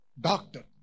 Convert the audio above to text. Doctor